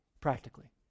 Practically